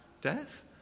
death